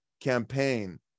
campaign